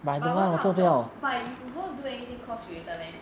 but what kind of job but you won't do anything cost related meh